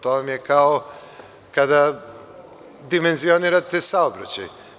To vam je kao kada dimenzionirate saobraćaj.